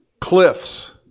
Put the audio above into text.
cliffs